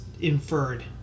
inferred